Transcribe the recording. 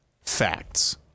facts